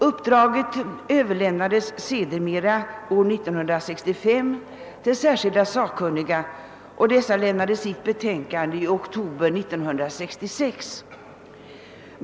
Uppdraget överlämnades sedermera år 1965 till särskilda sakkunniga, och dessa lämnade sitt betänkande i oktober 1966.